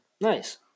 nice